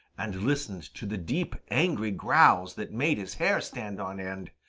and listened to the deep, angry growls that made his hair stand on end,